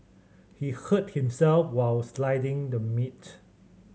he hurt himself while slicing the meat